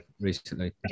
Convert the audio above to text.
recently